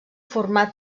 format